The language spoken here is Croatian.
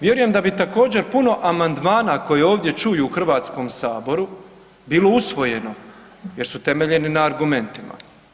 Vjerujem da bi također puno amandmana koji ovdje čuju u Hrvatskom saboru bilo usvojeno jer su temeljeni na argumentima.